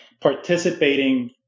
participating